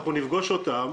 אנחנו נפגוש אותם